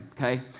okay